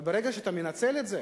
אבל ברגע שאתה מנצל את זה